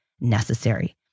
necessary